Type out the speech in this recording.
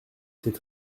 cette